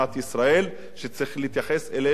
צריך להתייחס אלינו כמו לכולם.